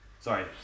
Sorry